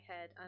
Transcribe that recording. head